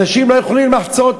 אנשים לא יכולים לחצות